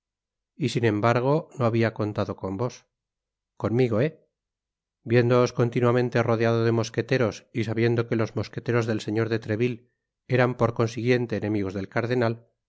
y sin embargo yohabia contado con vos conmigo eh viéndoos continuamente rodeado de mosqueteros y sabiendo que los mosqueteros del señor de treville eran por consiguiente enemigos del cardenal